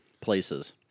places